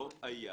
לא היה